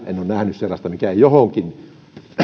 en ole nähnyt sellaista mikä ei johonkin